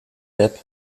depp